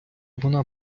вона